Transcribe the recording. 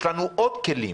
יש לנו עוד כלים.